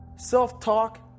Self-talk